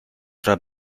tra